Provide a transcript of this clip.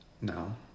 No